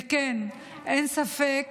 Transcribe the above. וכן, אין ספק